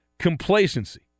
complacency